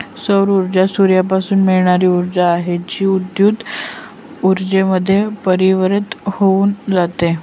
सौर ऊर्जा सूर्यापासून मिळणारी ऊर्जा आहे, जी विद्युत ऊर्जेमध्ये परिवर्तित होऊन जाते